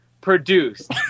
produced